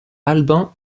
albin